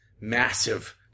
massive